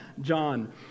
John